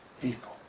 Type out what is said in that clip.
people